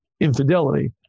infidelity